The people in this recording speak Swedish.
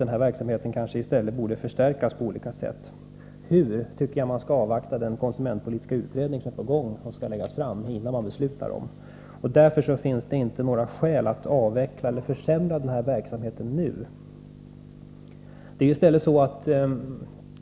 Denna verksamhet borde kanske i stället förstärkas på olika sätt. Innan man fattar beslut om hur den skall förstärkas tycker jag att man skall avvakta den konsumentpolitiska utredningens förslag. Det finns inte några skäl att avveckla eller försämra denna verksamhet nu.